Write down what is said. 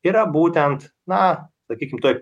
yra būtent na sakykime taip